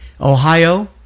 Ohio